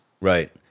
Right